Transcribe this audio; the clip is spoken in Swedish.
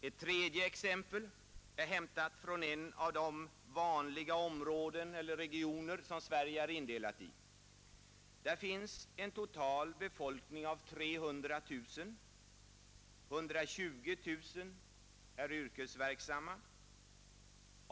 Ett tredje exempel är hämtat från ett av de ”vanliga” områden och regioner som Sverige är indelat i. Där finns en total befolkning av 300 000. 120 000 är yrkesverksamma.